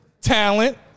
Talent